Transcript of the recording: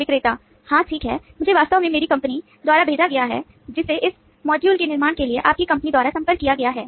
विक्रेता हाँ ठीक है मुझे वास्तव में मेरी कंपनी द्वारा भेजा गया है जिसे इस मॉड्यूल के निर्माण के लिए आपकी कंपनी द्वारा संपर्क किया गया है